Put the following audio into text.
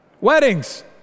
Weddings